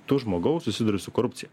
tu žmogau susiduri su korupcija